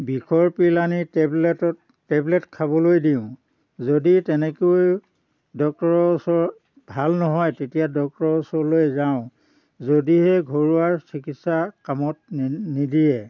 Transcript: বিষৰ পিল আনি টেবলেটত টেবলেট খাবলৈ দিওঁ যদি তেনেকৈ ডক্টৰৰ ওচৰত ভাল নহয় তেতিয়া ডক্টৰৰ ওচৰলৈ যাওঁ যদিহে ঘৰুৱা চিকিৎসা কামত নিদিয়ে